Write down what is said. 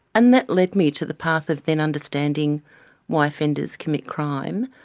and that led me to the path of then understanding why offenders commit crime,